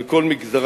על כל מגזריו.